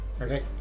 Okay